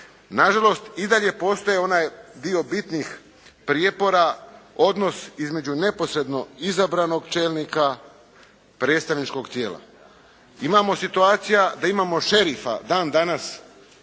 Na žalost i dalje postoji onaj dio bitnih prijepora odnos između neposredno izabranog čelnika predstavničkog tijela. Imamo situacija da imamo šerifa dan danas